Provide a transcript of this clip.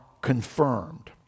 confirmed